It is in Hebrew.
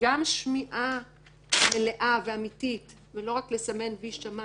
גם שמיעה מלאה ואמתית של אנשים ולא רק לסמן "וי" ששמענו,